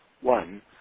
One